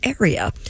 area